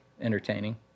entertaining